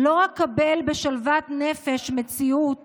לא אקבל בשלוות נפש מציאות